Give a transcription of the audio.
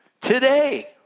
today